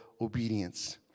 obedience